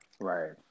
Right